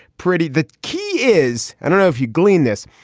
pretty. the key is i don't know if you glean this,